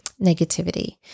negativity